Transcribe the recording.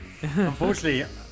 Unfortunately